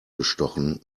bestochen